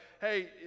hey